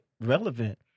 relevant